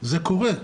זה קורה.